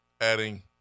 adding